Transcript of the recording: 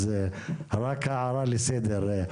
אז רק הערה לסדר.